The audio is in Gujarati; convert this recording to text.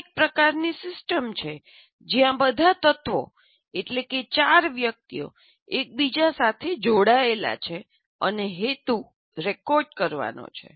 આ એક પ્રકારની સિસ્ટમ છે જ્યાં બધા તત્વો એટલે કે ચાર વ્યક્તિઓ એકબીજા સાથે જોડાયેલા છે અને હેતુ રેકોર્ડ કરવાનો છે